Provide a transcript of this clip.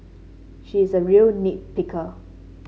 she is a real nit picker